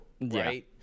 right